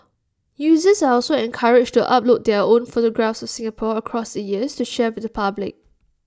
users are also encouraged to upload their own photographs of Singapore across the years to share with the public